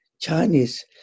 Chinese